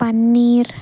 paneer